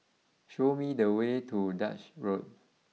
show me the way to Duchess Road